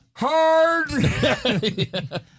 Hard